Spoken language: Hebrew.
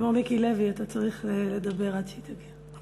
כמו מיקי לוי, אתה צריך לדבר עד שהיא תגיע.